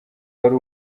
wari